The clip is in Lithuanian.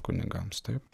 kunigams taip